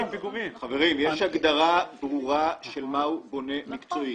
יש הגדרה ברורה מה הוא בונה מקצועי.